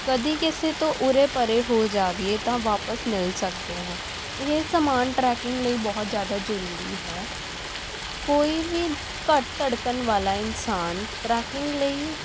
ਕਦੇ ਕਿਸੇ ਤੋਂ ਉਰੇ ਪਰੇ ਹੋ ਜਾਵੇ ਤਾਂ ਵਾਪਿਸ ਮਿਲ ਸਕਦੇ ਹਾਂ ਇਹ ਸਮਾਨ ਟਰੈਕਿੰਗ ਲਈ ਬਹੁਤ ਜ਼ਿਆਦਾ ਜ਼ਰੂਰੀ ਹੈ ਕੋਈ ਵੀ ਘੱਟ ਧੜਕਣ ਵਾਲਾ ਇਨਸਾਨ ਟਰੈਕਿੰਗ ਲਈ